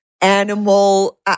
animal